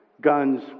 guns